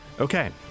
Okay